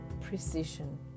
precision